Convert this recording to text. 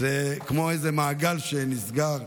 זה כמו איזה מעגל שנסגר,